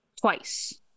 twice